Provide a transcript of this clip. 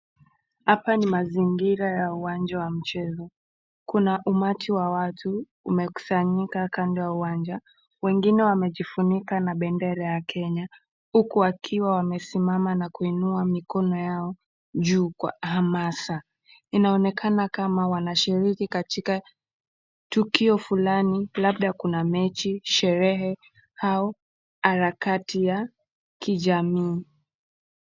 Hapa ni mazingira ya uwanja wa mchezo, kuna umati wa watu umekusanyika kando ya uwanja, wengine wamejifunika na bendera ya Kenya huku wakiwa wamesimama na kuinua mikono yao juu kwa hamasa, inaonekana kama wanashiriki katika tukio fulani labda kuna mechi, sherehe au harakati ya kijamii.